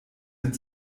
mit